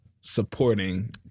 supporting